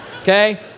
okay